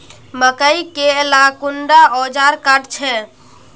मकई के ला कुंडा ओजार काट छै?